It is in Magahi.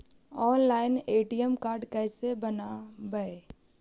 ऑनलाइन ए.टी.एम कार्ड कैसे बनाबौ?